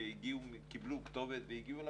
שקיבלו כתובת והגיעו לבתים.